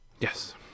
Yes